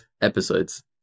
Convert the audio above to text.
episodes